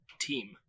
team